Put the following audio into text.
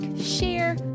share